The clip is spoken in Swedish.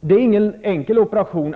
Det är inte någon enkel operation.